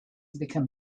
become